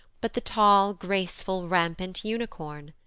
but the tall, graceful, rampant unicorn?